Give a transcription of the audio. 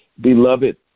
Beloved